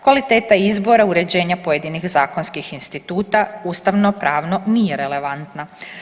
Kvaliteta izbora uređenja pojedinih zakonskih instituta ustavno pravno nije relevantna.